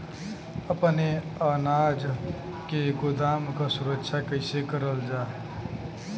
अपने अनाज के गोदाम क सुरक्षा कइसे करल जा?